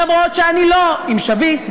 אפילו שאני לא עם שביס,